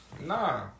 nah